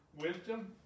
wisdom